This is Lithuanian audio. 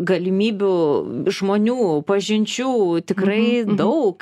galimybių žmonių pažinčių tikrai daug